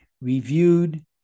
reviewed